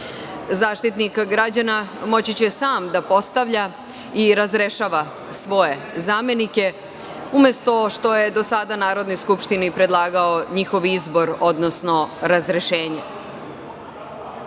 ljudima.Zaštitnik građana moći će sam da postavlja i razrešava svoje zamenike, umesto što je do sada Narodnoj skupštini predlagao njihov izbor, odnosno razrešenje.Zaštitnik